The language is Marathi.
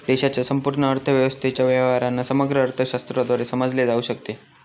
देशाच्या संपूर्ण अर्थव्यवस्थेच्या व्यवहारांना समग्र अर्थशास्त्राद्वारे समजले जाऊ शकते